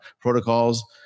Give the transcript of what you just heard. protocols